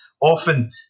often